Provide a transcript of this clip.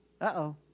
Uh-oh